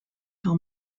how